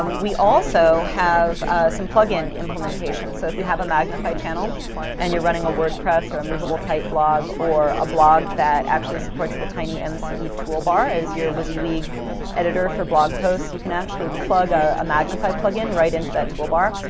um we also have some plugin implementation. so if you have a magnify channel and you're running a wordpress or a movable type blog or a blog that actually supports the tinymce um toolbar as your wysiwyg editor for blog posts, you can actually plug a a magnify plugin right into that toolbar.